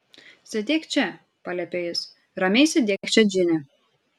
sėdėk čia paliepė jis ramiai sėdėk čia džine